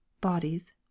bodies